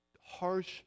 harsh